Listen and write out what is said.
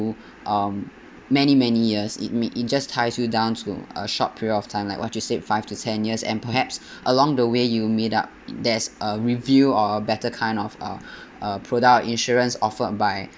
um many many years it may it just ties you down to a short period of time like what you said five to ten years and perhaps along the way you meet up there's a review or better kind of uh uh product insurance offered by